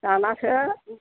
दानासो